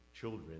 children